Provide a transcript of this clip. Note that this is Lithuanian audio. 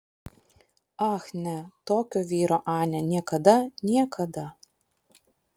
ach ne tokio vyro anė niekada niekada